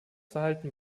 verhalten